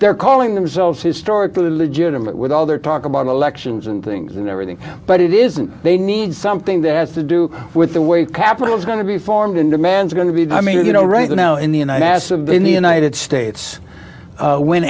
they're calling themselves historically legitimate with all their talk about elections and things and everything but it isn't they need something that has to do with the way capital is going to be formed and demands are going to be i mean you know right now in the end i asked them in the united states when